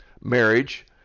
marriage